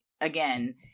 again